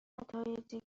نتایجی